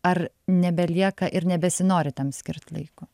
ar nebelieka ir nebesinori tam skirt laiko